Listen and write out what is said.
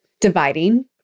dividing